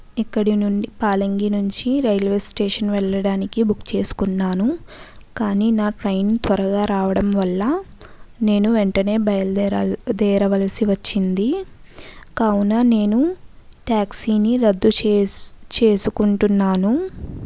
ఇక్కడ నుండి పాలంగి నుంచి రైల్వే స్టేషన్ వెళ్ళడానికి బుక్ చేసుకున్నాను కానీ నా ట్రైన్ త్వరగా రావడం వల్ల నేను వెంటనే బయలుదేర దేరవలసి వచ్చింది కావున నేను టాక్సీని రద్దు చేసు చేసుకుంటున్నాను